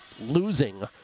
Losing